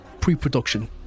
pre-production